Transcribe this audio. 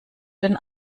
den